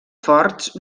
forts